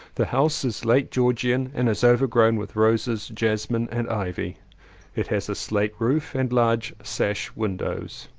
the house is late georgian and is overgrown with roses, jasmine and ivy it has a slate roof and large sash windows.